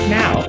now